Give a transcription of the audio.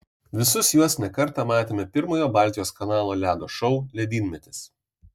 visus juos ne kartą matėme pirmojo baltijos kanalo ledo šou ledynmetis